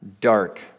dark